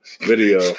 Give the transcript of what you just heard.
video